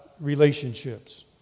relationships